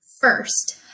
First